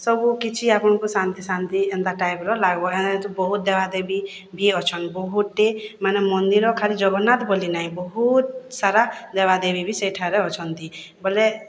ସବୁ କିଛି ଆପଣଙ୍କୁ ଶାନ୍ତି ଶାନ୍ତି ଏନ୍ତା ଟାଇପ୍ର ଲାଗ୍ବ ବହୁତ୍ ଦେବାଦେବୀ ବି ଅଛନ୍ ବହୁତ୍ଟେ ମାନେ ମନ୍ଦିର୍ ଖାଲି ଜଗନ୍ନାଥ ବୋଲି ନାଇଁ ବହୁତ୍ ସାରା ଦେବା ଦେବୀ ବି ସେଠାରେ ଅଛନ୍ତି ବଏଲେ